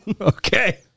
Okay